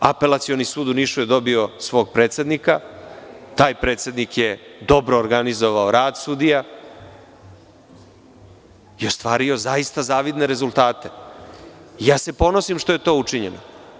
Apelacioni sud u Nišu je dobio svog predsednika, taj predsednik je dobro organizovao rad sudija i ostvario zaista zavidne rezultate i ja se ponosim što je to učinjeno.